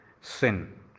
sin